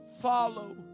follow